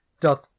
doth